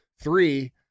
three